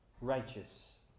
righteous